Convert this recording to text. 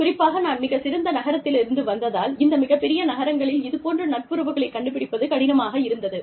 குறிப்பாக நான் மிகச்சிறிய நகரத்திலிருந்து வந்ததால் இந்த மிகப்பெரிய நகரங்களில் இதுபோன்ற நட்புறவுகளை கண்டுபிடிப்பது கடினமாக இருந்தது